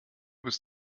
bist